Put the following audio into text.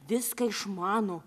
viską išmano